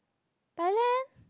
Thailand